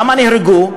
למה נהרגו?